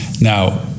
Now